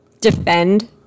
defend